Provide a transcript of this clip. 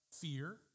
fear